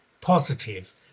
positive